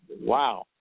wow